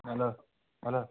hello hello